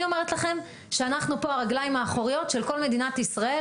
אני אומרת לכם שאנחנו פה הרגליים האחוריות של כל מדינת ישראל,